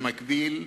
במקביל,